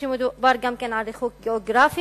כשמדובר גם כן על ריחוק גיאוגרפי,